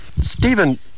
Stephen